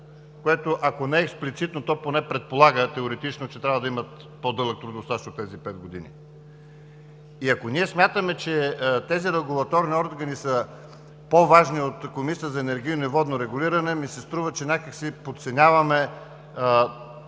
което, ако не експлицитно, то поне предполага теоретично, че трябва да имат по-дълъг трудов стаж от тези пет години. Ако ние смятаме, че тези регулаторни органи са по-важни от Комисията за енергийно и водно регулиране, ми се струва, че някак си подценяваме